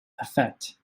affect